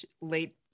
late